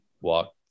walk